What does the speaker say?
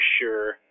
sure